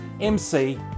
MC